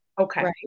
Okay